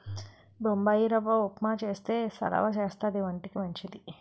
బొంబాయిరవ్వ ఉప్మా చేస్తే సలవా చేస్తది వంటికి మంచిది